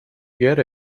get